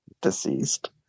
deceased